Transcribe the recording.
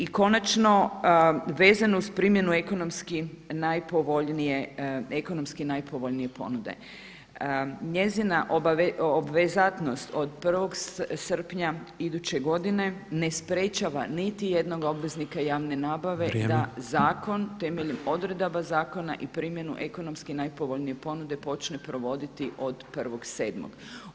I konačno vezano uz primjenu ekonomski najpovoljnije, ekonomski najpovoljnije ponude njezina obvezatnost od 1. srpnja iduće godine ne sprječava niti jednog obveznika javne nabave da [[Upadica predsjednik: Vrijeme.]] zakon temeljem odredaba zakona i primjenu ekonomski najpovoljnije ponude počne provoditi od 1.7.